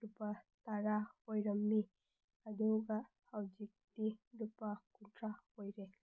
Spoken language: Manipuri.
ꯂꯨꯄꯥ ꯇꯔꯥ ꯑꯣꯏꯔꯝꯃꯤ ꯑꯗꯨꯒ ꯍꯧꯖꯤꯛꯇꯤ ꯂꯨꯄꯥ ꯀꯨꯟꯊ꯭ꯔꯥ ꯑꯣꯏꯔꯦ